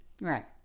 Right